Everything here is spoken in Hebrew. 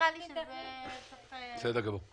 בסדר גמור.